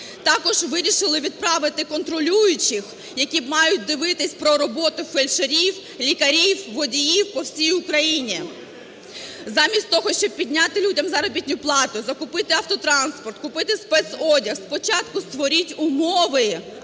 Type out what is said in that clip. Також вирішили відправити контролюючих, які мають дивитися про роботу фельдшерів, лікарів, водіїв по всій Україні, замість того щоб підняти людям заробітну плату, закупити автотранспорт, купити спецодяг. Спочатку створіть умови,